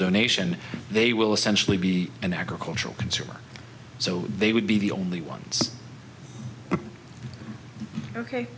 donation they will essentially be an agricultural consumer so they would be the only ones ok